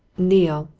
neale,